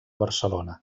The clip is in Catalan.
barcelona